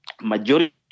majority